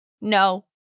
No